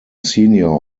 senior